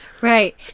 Right